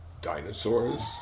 Dinosaurs